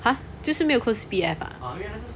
!huh! 就是没有扣 C_P_F ah